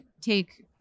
take